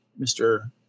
Mr